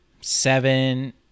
Seven